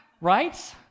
Right